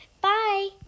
Bye